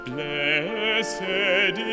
Blessed